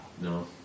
No